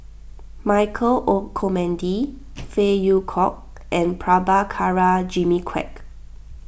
Michael Olcomendy Phey Yew Kok and Prabhakara Jimmy Quek